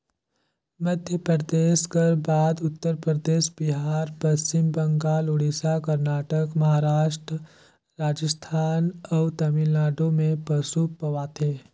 मध्यपरदेस कर बाद उत्तर परदेस, बिहार, पच्छिम बंगाल, उड़ीसा, करनाटक, महारास्ट, राजिस्थान अउ तमिलनाडु में पसु पवाथे